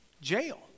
jail